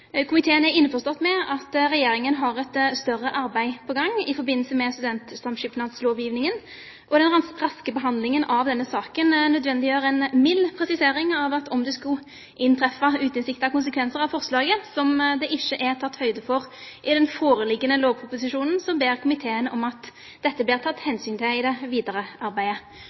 Komiteen er innforstått med at regjeringen har et større arbeid på gang i forbindelse med studentsamskipnadslovgivningen, og den raske behandlingen av denne saken nødvendiggjør en mild presisering av at om det skulle inntreffe utilsiktede konsekvenser av forslaget som det ikke er tatt høyde for i den foreliggende lovproposisjonen, ber komiteen om at dette blir det tatt hensyn til i det videre arbeidet.